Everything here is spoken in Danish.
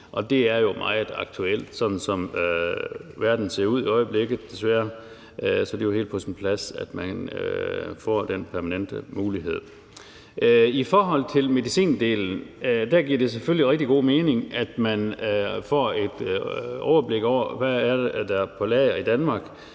Det er jo meget aktuelt, desværre, sådan som verden ser ud i øjeblikket, så det er jo helt på sin plads, at man får den permanente mulighed. I forhold til medicindelen giver det selvfølgelig rigtig god mening, at man får et overblik over, hvad der er på lager i Danmark,